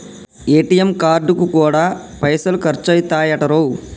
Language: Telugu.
ఏ.టి.ఎమ్ కార్డుకు గూడా పైసలు ఖర్చయితయటరో